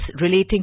relating